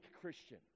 Christian